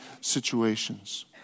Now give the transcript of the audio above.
situations